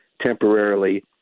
temporarily